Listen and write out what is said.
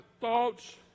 thoughts